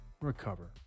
recover